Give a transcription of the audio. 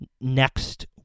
next